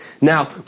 Now